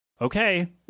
okay